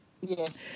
yes